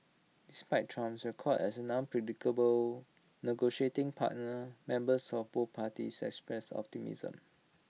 despite Trump's record as an unpredictable negotiating partner members of both parties expressed optimism